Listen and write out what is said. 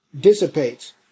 dissipates